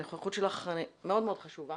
הנוכחות שלך מאוד מאוד חשובה